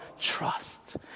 trust